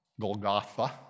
Golgotha